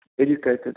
educated